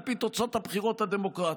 על פי תוצאות הבחירות הדמוקרטיות.